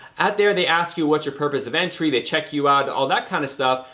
at there, they ask you what your purpose of entry, they check you out, all that kind of stuff.